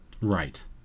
Right